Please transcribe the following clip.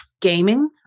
Gaming